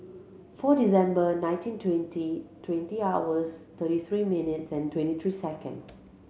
four December nineteen twenty twenty hours thirty three minutes and twenty three second